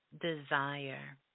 desire